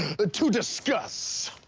but to discuss?